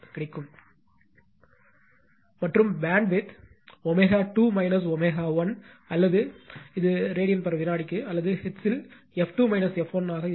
மற்றும் பேண்ட்வித் ω2 ω 1 அல்லது இது ரேடியன் வினாடி அல்லது ஹெர்ட்ஸில் f 2 f 1 ஆகும்